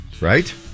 right